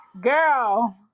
Girl